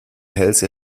hälse